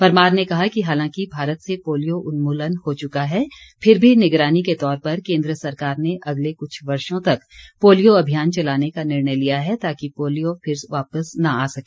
परमार ने कहा कि हालांकि भारत से पोलियो उन्मूलन हो चुका है फिर भी निगरानी के तौर पर केन्द्र सरकार ने अगले कुछ वर्षो तक पोलियो अभियान चलाने का निर्णय लिया है ताकि पोलियो फिर वापिस न आ सके